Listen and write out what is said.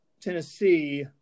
Tennessee